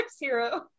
hero